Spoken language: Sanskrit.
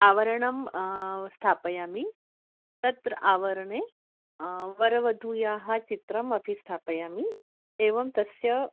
आवरणं स्थापयामि तत्र आवरणे वरवधूयोः चित्रम् अपि स्थापयामि एवं तस्य